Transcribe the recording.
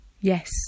Yes